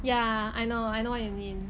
yeah I know I know what you mean